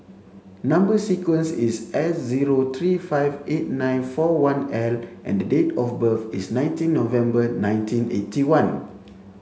number sequence is S zero three five eight nine four one L and date of birth is nineteen November nineteen eighty one